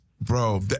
Bro